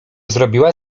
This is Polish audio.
zrobiła